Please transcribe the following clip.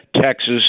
Texas